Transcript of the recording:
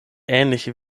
ähnliche